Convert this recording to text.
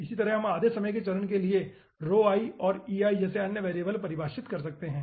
इसी तरह हम आधे समय के चरण के लिए और जैसे अन्य वेरिएबल प्राप्त कर सकते हैं